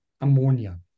ammonia